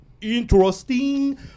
interesting